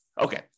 Okay